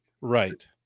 Right